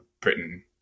Britain